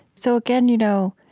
so, again, you know,